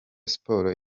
sports